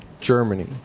Germany